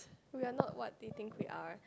we are not what they think we are